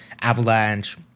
avalanche